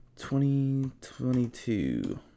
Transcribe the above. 2022